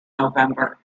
november